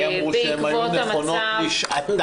לי אמרו שהן היו נכונות לשעתן.